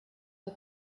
der